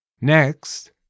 Next